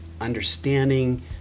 understanding